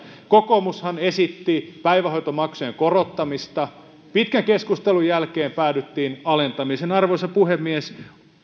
kokoomushan esitti päivähoitomaksujen korottamista pitkän keskustelun jälkeen päädyttiin alentamiseen arvoisa puhemies